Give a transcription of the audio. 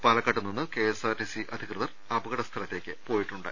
പാലക്കാട്ട് നിന്ന് കെഎസ്ആർടിസി അധികൃതർ അപകട സ്ഥലത്തേക്ക് പോയിട്ടുണ്ട്